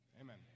Amen